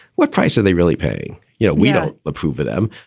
what price are they really paying? you know, we don't approve of them.